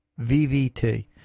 VVT